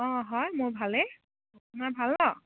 অঁ হয় মোৰ ভালেই আপোনাৰ ভাল নহ্